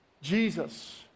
Jesus